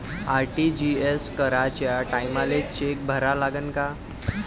RTGS कराच्या टायमाले cheque भरा लागन का?